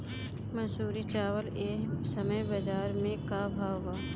मंसूरी चावल एह समय बजार में का भाव बा?